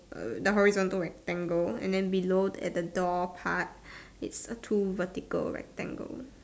err the horizontal rectangle and then below at the door part is a two vertical rectangle